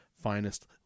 finest